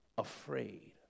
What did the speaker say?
Afraid